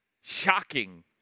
shocking